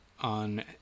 On